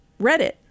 Reddit